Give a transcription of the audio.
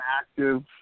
active